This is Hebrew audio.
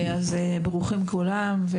ברוכים כולם.